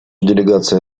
делегация